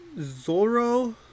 Zoro